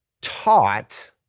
taught